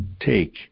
take